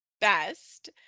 best